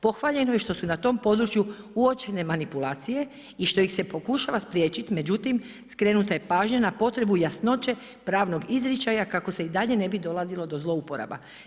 Pohvaljeno je što su na tom području uočene manipulacije i što ih se pokušava spriječiti međutim skrenuta je pažnja na potrebu jasnoće pravnog izričaja kako se i dalje ne bi dolazilo do zlouporaba.